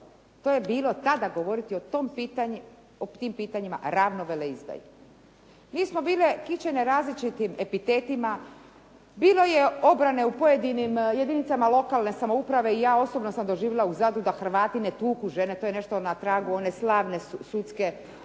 To je bilo tada govoriti o tim pitanjima ravno veleizdaji. Mi smo bile kićene različitim epitetima. Bilo je obrane u pojedinim jedinicama lokalne samouprave i ja osobno sam doživjela u Zadru da Hrvati ne tuku žene. To je nešto na tragu one slavne sudske kako